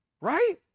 right